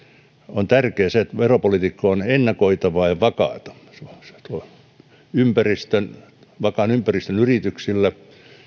on se että veropolitiikka on ennakoitavaa ja vakaata se tuo vakaan ympäristön yrityksille